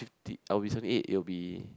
I will be seventy eight you will be